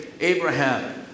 Abraham